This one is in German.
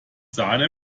sahne